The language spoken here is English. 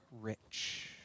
rich